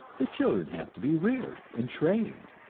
the children have to be reared and trained,